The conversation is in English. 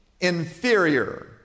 inferior